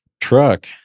truck